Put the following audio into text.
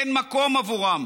אין מקום עבורם.